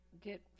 get